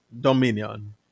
Dominion